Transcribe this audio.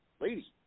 lady